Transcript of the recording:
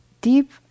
deep